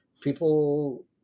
People